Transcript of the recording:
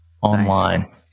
online